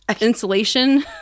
insulation